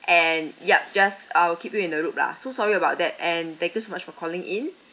and ya just I'll keep you in the loop lah so sorry about that and thank you so much for calling in